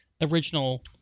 Original